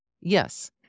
Yes